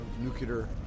nuclear